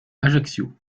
ajaccio